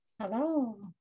Hello